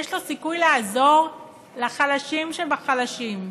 יש לו סיכוי לעזור לחלשים שבחלשים.